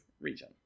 region